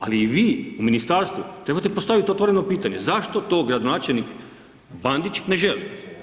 Ali i vi u ministarstvu trebate postaviti otvoreno pitanje zašto to gradonačelnik Bandić ne želi.